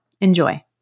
enjoy